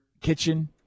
kitchen